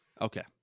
Okay